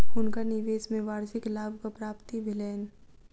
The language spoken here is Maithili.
हुनका निवेश में वार्षिक लाभक प्राप्ति भेलैन